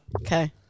okay